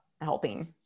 helping